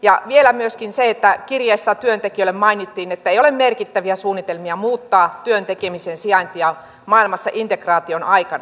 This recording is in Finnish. ja vielä myöskin se että kirjeessä työntekijöille mainittiin että ei ole merkittäviä suunnitelmia muuttaa työn tekemisen sijaintia maailmassa integraation aikana